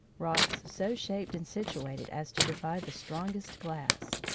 rocks so shaped and situated as to defy the strongest glass.